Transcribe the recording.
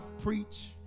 preach